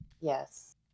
Yes